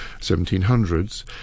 1700s